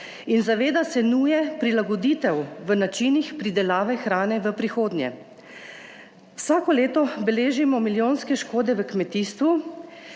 in zaveda se nuje prilagoditev v načinih pridelave hrane v prihodnje. Vsako leto beležimo milijonske škode v kmetijstvu.